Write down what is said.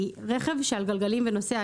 רכב על גלגלים שנוסע,